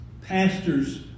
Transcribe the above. Pastors